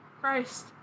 Christ